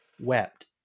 wept